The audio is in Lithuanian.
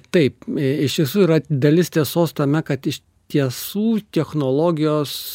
taip iš tiesų yra dalis tiesos tame kad iš tiesų technologijos